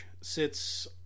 sits